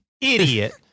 idiot